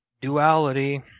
Duality